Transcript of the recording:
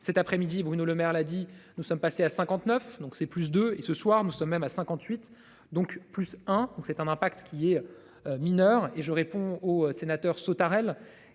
Cet après-midi Bruno Lemaire a dit nous sommes passés à 59 donc c'est plus de et, ce soir nous sommes même à 58. Donc plus hein donc c'est un impact qui est. Mineur et je réponds aux sénateurs Sautarel